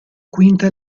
quinta